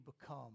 become